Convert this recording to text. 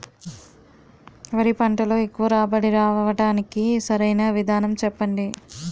వరి పంటలో ఎక్కువ రాబడి రావటానికి సరైన విధానం చెప్పండి?